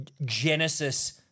Genesis